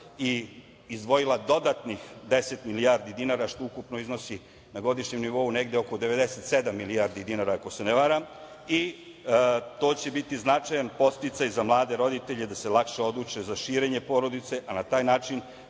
i izdvojila dodatnih 10 milijardi dinara, što ukupno iznosi na godišnjem nivou negde oko 97 milijardi dinara, ako se ne varam, i to će biti značajan podsticaj za mlade roditelje da se lakše odluče za širenje porodice, a na taj način